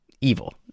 evil